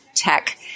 tech